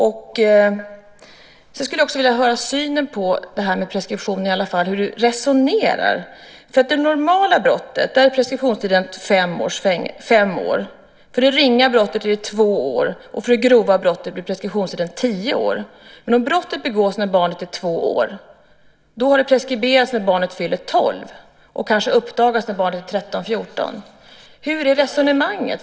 Sedan skulle jag vilja höra hur justitieministern resonerar när det gäller synen på preskription. För det normala brottet är preskriptionstiden fem år, för det ringa brottet två år och för det grova brottet tio år. Men om brottet begås när barnet är två år har det preskriberats när barnet fyller tolv, och det kanske uppdagas när barnet är 13 eller 14. Hur går resonemanget?